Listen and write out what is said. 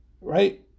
right